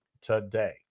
today